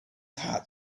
heart